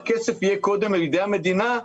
הכסף יהיה קודם על ידי המדינה,